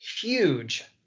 huge